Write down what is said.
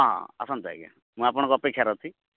ହଁ ହଁ ଆସନ୍ତୁ ଆଜ୍ଞା ମୁଁ ଆପଣଙ୍କ ଅପେକ୍ଷାରେ ଅଛି